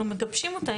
אנחנו מגבשים אותה,